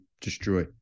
destroy